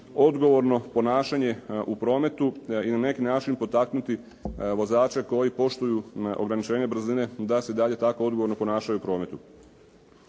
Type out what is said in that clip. odgovorno ponašanje u prometu i na neki način potaknuti vozače koji poštuju ograničenje brzine da se i dalje tako odgovorno ponašaju u prometu.